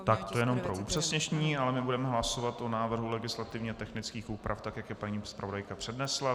To jenom pro upřesnění, ale my budeme hlasovat o návrhu legislativně technických úprav tak, jak je paní zpravodajka přednesla.